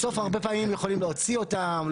בסוף הרבה פעמים הם יכולים להוציא אותם,